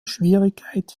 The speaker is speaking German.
schwierigkeit